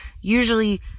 usually